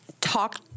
talk